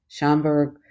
Schomburg